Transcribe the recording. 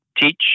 teach